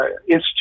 institute